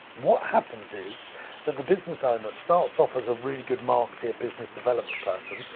what happens is the business owner starts off as a really good marketeer, business development person,